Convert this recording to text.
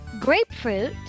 grapefruit